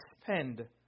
spend